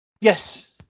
Yes